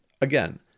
Again